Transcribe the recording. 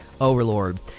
Overlord